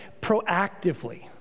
proactively